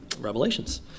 Revelations